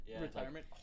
retirement